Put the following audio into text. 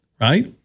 right